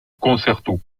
concerto